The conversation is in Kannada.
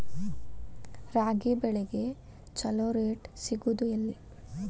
ರಾಗಿ ಬೆಳೆಗೆ ಛಲೋ ರೇಟ್ ಸಿಗುದ ಎಲ್ಲಿ?